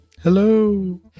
Hello